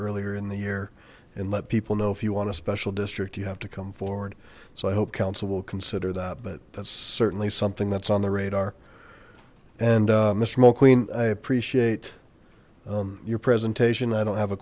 earlier in the year and let people know if you want to special district you have to come forward so i hope council will consider that but that's certainly something that's on the radar and mr maule queen i appreciate your presentation i don't have a